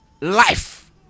life